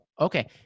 Okay